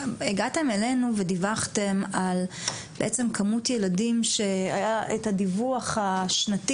הגעתם אלינו ודיווחתם על בעצם כמות ילדים שהיה את הדיווח השנתי